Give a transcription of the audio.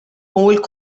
bhfuil